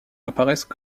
apparaissent